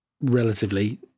relatively